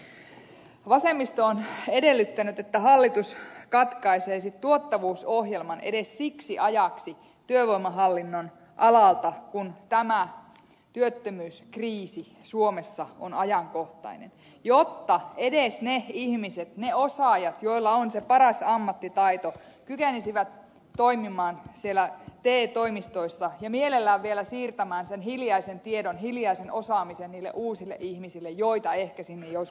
vasemmisto on edellyttänyt että hallitus katkaisisi tuottavuusohjelman edes siksi ajaksi työvoimahallinnon alalta kun tämä työttömyyskriisi suomessa on ajankohtainen jotta edes ne ihmiset ne osaajat joilla on se paras ammattitaito kykenisivät toimimaan siellä te toimistoissa ja mielellään vielä siirtämään sen hiljaisen tiedon hiljaisen osaamisen niille uusille ihmisille joita ehkä sinne joskus palkataan